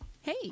Hey